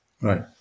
Right